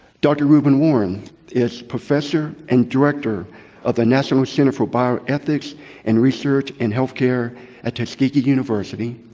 dr. reuben warren is professor and director of the national center for bioethics in research and healthcare at tuskegee university.